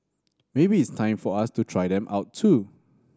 maybe it's time for us to try them out too